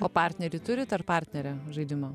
o partnerį turit ar partnerę žaidimo